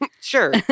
Sure